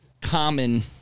common